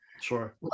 Sure